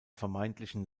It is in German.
vermeintlichen